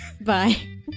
Bye